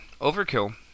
Overkill